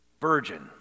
virgin